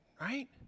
Right